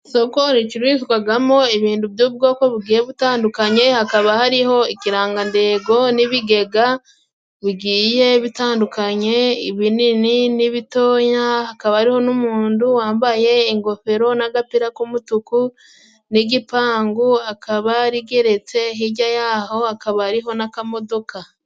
Isoko ricururizwagamo ibintu by'ubwoko bugiye butandukanye, hakaba hariho ikirangandengo n'ibigega bigiye bitandukanye, ibinini n'ibitonya, hakaba hariho n'umuntu wambaye ingofero n'agapira k'umutuku, n'igipangu, akaba rigeretse hirya yaho hakaba hariho n'akamodoka.